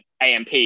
AMP